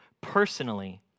personally